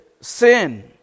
sin